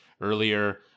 earlier